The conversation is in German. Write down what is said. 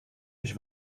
dich